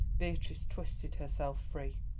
beatrice twisted herself free.